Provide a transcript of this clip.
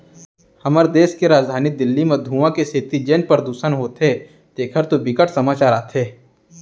हमर देस के राजधानी दिल्ली म धुंआ के सेती जेन परदूसन होथे तेखर तो बिकट समाचार आथे